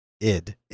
Id